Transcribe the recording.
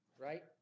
right